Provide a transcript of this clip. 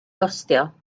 gostio